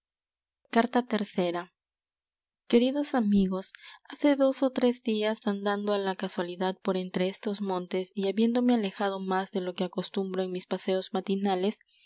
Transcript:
carta tercera queridos amigos hace dos ó tres días andando á la casualidad por entre estos montes y habiéndome alejado más de lo que acostumbro en mis paseos matinales